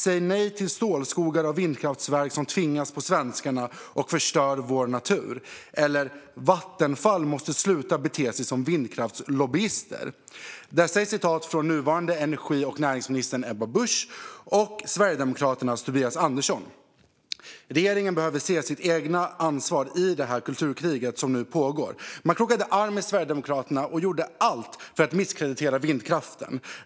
"Säg nej till de stålskogar av vindkraftverk som tvingas på svenskarna och som förstör vår natur" och "Vattenfall måste i sin retorik sluta agera som vindkraftslobbyister" är citat från den nuvarande energi och näringsministern, Ebba Busch, och Sverigedemokraternas Tobias Andersson. Regeringen behöver se sitt eget ansvar i det kulturkrig som nu pågår. Man krokade arm med Sverigedemokraterna och gjorde allt för att misskreditera vindkraften.